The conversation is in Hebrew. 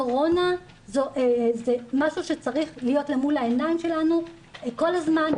קורונה זה משהו שצריך להיות אל מול העיניים שלנו כל הזמן,